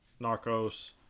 Narcos